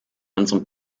unserem